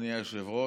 אדוני היושב-ראש.